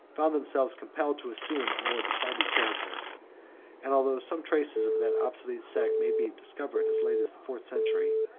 found themselves compelled to assume a more decided character and although some traces of that obsolete sect may be discovered as late as the fourth century,